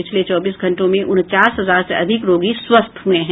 पिछले चौबीस घंटे में उनचास हजार से अधिक रोगी स्वस्थ हुए हैं